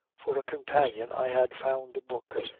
for a companion i had found a book,